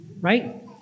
right